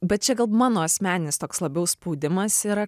bet čia gal mano asmeninis toks labiau spaudimas yra